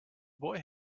boy